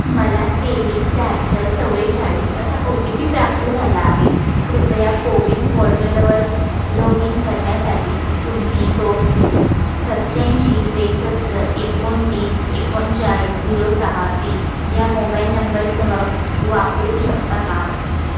मला तेवीस त्र्याहत्तर चव्वेचाळीस असा ओ टी पी प्राप्त झाला आहे कृपया कोविन पोर्टलवर लॉग इन करण्यासाठी तुम्ही तो सत्त्याऐंशी त्रेसष्ट एकोणतीस एकोणचाळीस झिरो सहा तीन या मोबाईल नंबरसह वापरू शकता का